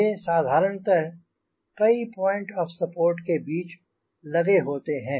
ये साधारणतः कई पॉइंट ओफ़ सपोर्ट के बीच लगे होते हैं